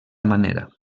manera